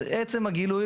עצם הגילוי,